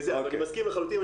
מסכים לחלוטין,